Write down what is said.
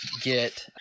get